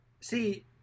See